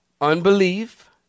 unbelief